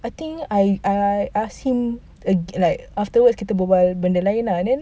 I think I uh I ask him afterwards kita berbual lain lah but then